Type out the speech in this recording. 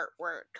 artwork